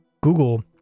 Google